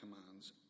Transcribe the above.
commands